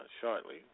shortly